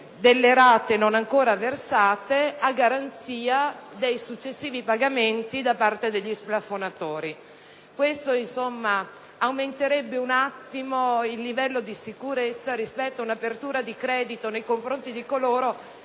delle rate non ancora versate a garanzia dei successivi pagamenti da parte degli splafonatori. Questo aumenterebbe il livello di sicurezza rispetto ad una apertura di credito nei confronti di coloro